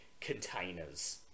containers